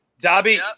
Dobby